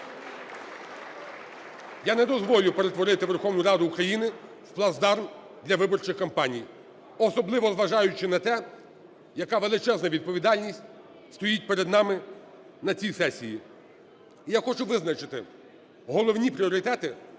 Я не дозволю перетворити Верховну Раду України в плацдарм для виборчих кампаній, особливо зважаючи на те, яка величезна відповідальність стоїть перед нами на цій сесії. Я хочу визначити головні пріоритети,